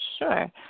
Sure